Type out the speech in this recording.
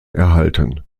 erhalten